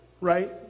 right